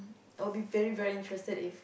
I'll be very very interested if